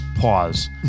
Pause